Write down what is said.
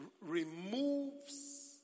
removes